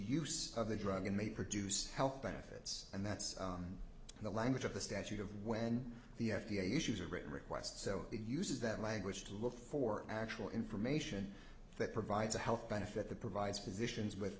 use of the drug and may produce health benefits and that's the language of the statute of when the f d a issues a written request so it uses that language to look for actual information that provides a health benefit that provides physicians with